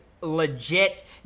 legit